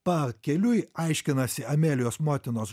pakeliui aiškinasi amelijos motinos